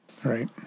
Right